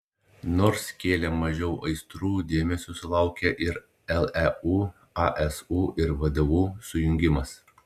nors kėlė mažiau aistrų dėmesio sulaukė ir leu asu ir vdu sujungimas